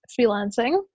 freelancing